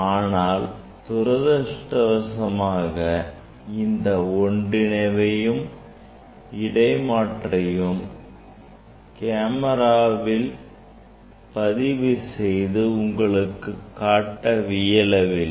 ஆனால் துரதிர்ஷ்டவசமாக இந்த ஒன்றினைவையும் இடமாறையும் கேமராவில் பதிவு செய்து உங்களுக்கு காட்ட இயலவில்லை